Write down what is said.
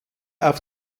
auf